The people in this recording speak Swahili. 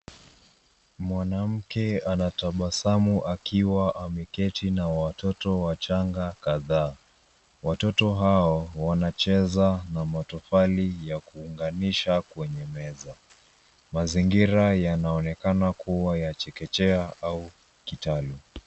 Mwanamke anatabasamu akiwa ameketi na watoto wachanga kadhaa. Watoto hao wanacheza na matofali ya kuunganisha kwenye meza. Mazingira yanaonekana kuwa ya chekechea au kitalu.